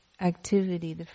activity